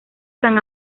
san